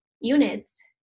units